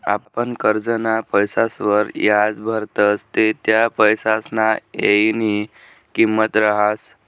आपण करजंना पैसासवर याज भरतस ते त्या पैसासना येयनी किंमत रहास